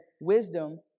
wisdom